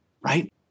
right